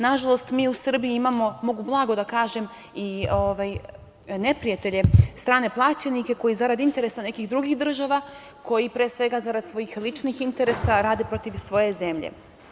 Nažalost, mi u Srbiji imamo, mogu blago da kažem, neprijatelje, strane plaćenike, koji zarad interesa nekih drugih država, koji pre svega zarad svojih ličnih interesa, rade protiv svoje zemlje.